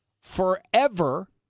forever